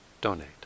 donate